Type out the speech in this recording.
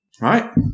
Right